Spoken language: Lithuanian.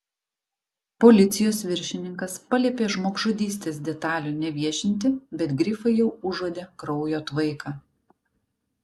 policijos viršininkas paliepė žmogžudystės detalių neviešinti bet grifai jau užuodė kraujo tvaiką